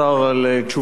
על תשובתך,